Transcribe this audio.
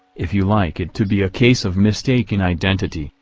if you like it to be a case of mistaken identity,